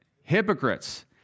Hypocrites